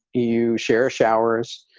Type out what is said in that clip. you share showers.